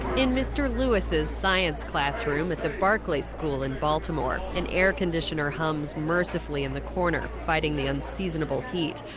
in mr. lewis's science classroom at the barclay school in baltimore, an air conditioner hums mercifully in the corner, fighting the unseasonable heat.